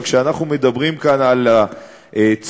וכשאנחנו מדברים כאן על הצורך